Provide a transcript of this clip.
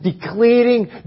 declaring